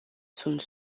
sunt